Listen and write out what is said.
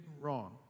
wrong